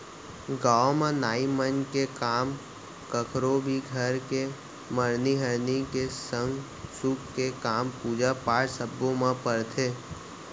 गाँव म नाई मन के काम कखरो भी घर के मरनी हरनी के संग सुख के काम, पूजा पाठ सब्बो म परथे